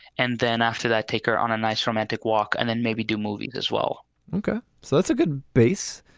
and then after that, take her on a nice romantic walk and then maybe do movies as well ok. so that's a good base.